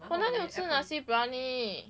我哪里有吃 nasi briyani